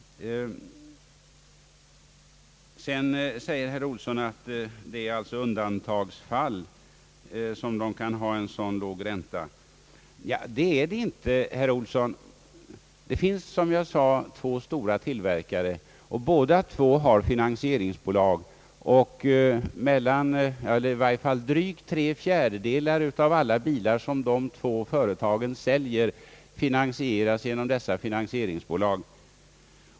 Sedan säger herr Olsson, att det endast är i undantagsfall som så låg ränta förekommer. Det är det inte, herr Olsson! Som jag redan sagt finns det två stora tillverkare, och båda två har finansieringsbolag. Drygt tre fjärdedelar av de bilar som dessa två företag säljer finansieras genom finansieringsbolagen.